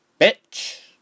Bitch